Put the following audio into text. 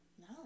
No